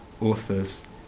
authors